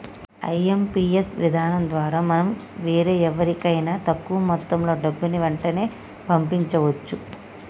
IMPS విధానం ద్వారా మనం వేరెవరికైనా తక్కువ మొత్తంలో డబ్బుని వెంటనే పంపించవచ్చు